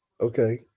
Okay